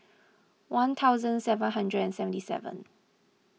one thousand seven hundred and seventy seven